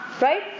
right